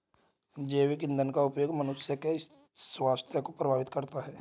जैव ईंधन का उपयोग मनुष्य के स्वास्थ्य को प्रभावित करता है